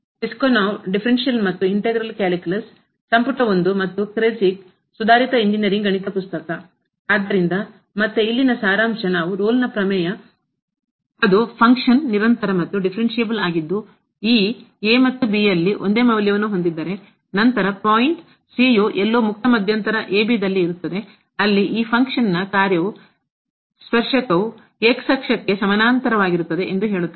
Piskunov differential ಮತ್ತು integral calculus ಸಂಪುಟ 1 ಮತ್ತು Kreyszig ಸುಧಾರಿತ ಇಂಜಿನಿಯರಿಂಗ್ ಗಣಿತ ಪುಸ್ತಕ ಆದ್ದರಿಂದ ಮತ್ತೆ ಇಲ್ಲಿನ ಸಾರಾಂಶ ನಾವು Rolle ಪ್ರಮೇಯ ಅದು ಫಂಕ್ಷನ್ ಕಾರ್ಯ ನಿರಂತರ ಮತ್ತು ಡಿಫರೆನ್ಷಿಯಬಲ್ ಆಗಿದ್ದು ಈ ಮತ್ತು ಯಲ್ಲಿ ಒಂದೇ ಮೌಲ್ಯವನ್ನು ಹೊಂದಿದ್ದರೆ ನಂತರ ಪಾಯಿಂಟ್ ಬಿಂದು ಯು ಎಲ್ಲೋ ಮುಕ್ತ ಮಧ್ಯಂತರ b ದಲ್ಲಿ ಇರುತ್ತದೆ ಅಲ್ಲಿ ಈ ಫಂಕ್ಷನ್ ನ ಕಾರ್ಯದ ಸ್ಪರ್ಶಕವು ಅಕ್ಷಕ್ಕೆ ಸಮಾನಾಂತರವಾಗಿರುತ್ತದೆ ಎಂದು ಹೇಳುತ್ತದೆ